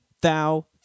thou